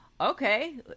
okay